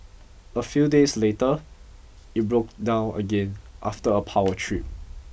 a few days later it broke down again after a power trip